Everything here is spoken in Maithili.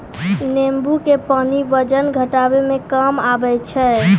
नेंबू के पानी वजन घटाबै मे काम आबै छै